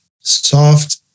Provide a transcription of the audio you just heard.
soft